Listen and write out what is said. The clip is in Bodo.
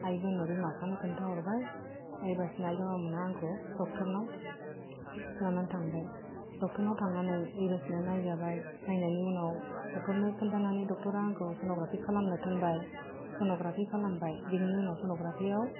आइमोननो बिमा बिफानो खोनथाहरबाय ओइबासिनो आइ बाबा मोना आंखौ डक्टरनाव लानानै थांबाय डक्टरनाव थांनानै ओइबासिनो नायजाबाय नायनायनि उनाव डक्टरनो खोनथानानै डक्टरा आंखौ सन'ग्राफि खालामनो थोनबाय सन'ग्राफि खालामबाय बेनि उनाव सन'ग्राफिआव